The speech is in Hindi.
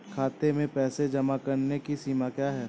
खाते में पैसे जमा करने की सीमा क्या है?